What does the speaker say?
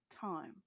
time